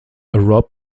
rob